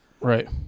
Right